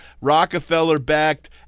Rockefeller-backed